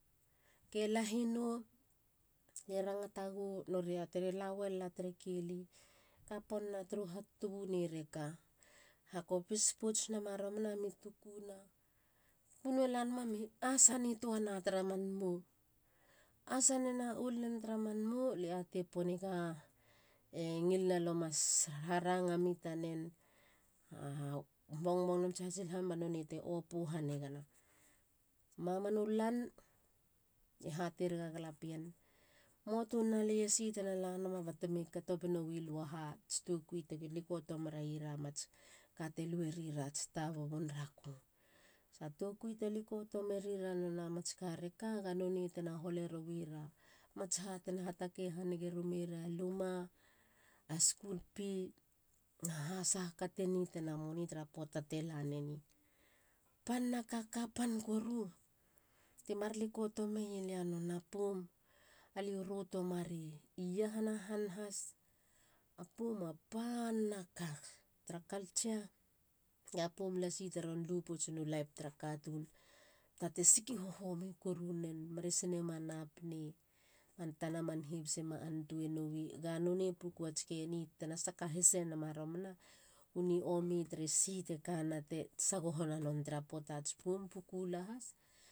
Ke lahi nou. lie rangata gou. norie hateir ela uelala tere keli kapon na turu hatutubune reka. Hakopis pouts nama romana mi tukuna. Tukuno e lanama mi asa nitua na tara man mou. asanena oulnen tara man mou lie atei poniga e ngilina lo mas ranga mi tanen na bongbong tsia tsi naha ba none te opu ha nigana. Mamanu lan lie hatei rega galapien muatu nalei esi tena lanama batemi katobe noui lua mats tokui tegi likoto menai ra kate lue rira ats tabubun raku. Sa tokui te likoto merira nona mats ka reka nonei tena hole rouira mats ha tena hatakei hanige rumeira luma. a skul fee naha sahaka te nitena moni tara puata telaneni. Panaka kapan koru ti mar likoto mei lia nona poum aliu ruto marei i iahana han has a poum apanaka tara culture. ga poum lasi teron lu poutsinu life tara katun. puata te siki hohomi koru nen meresin ema nap nei. man tana man herbs ema antuei noni. ga nonei puku ats keni tena sakahis enama romana u niomi tere site kana te sagohona non tora puatats poum puku lahas.